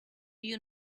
you